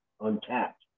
untapped